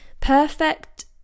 Perfect